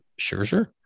Scherzer